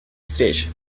встреч